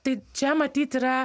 tai čia matyt yra